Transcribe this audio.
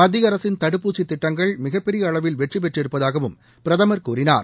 மத்தியஅரசின் தடுப்பூசி திட்டங்கள் மிகப்பெரிய அளவில் வெற்றி பெற்றிருப்பதாகவும் பிரதமர் கூறினார்